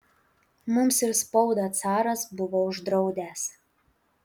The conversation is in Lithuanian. mums ir spaudą caras buvo uždraudęs